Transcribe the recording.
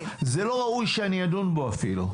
שראוי שאני אדון בו.